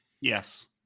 Yes